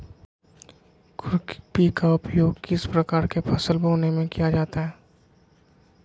खुरपी का उपयोग किस प्रकार के फसल बोने में किया जाता है?